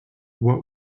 what